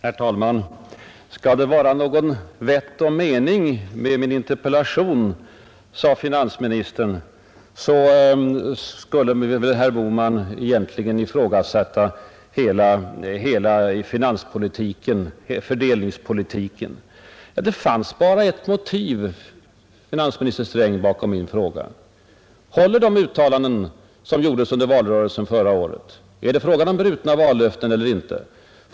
Herr talman! Skall det vara något vett och någon mening med interpellationen, sade finansministern, då måste väl herr Bohman ifrågasätta hela fördelningspolitiken. Nej. Det fanns bara ett motiv, finansminister Sträng, bakom min fråga: Håller de uttalanden som gjordes under valrörelsen förra året? Är det fråga om brutna vallöften eller inte?